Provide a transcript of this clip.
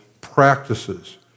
practices